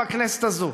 בכנסת הזאת,